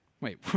wait